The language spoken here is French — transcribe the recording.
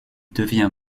devient